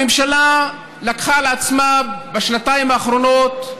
הממשלה לקחה על עצמה בשנתיים האחרונות,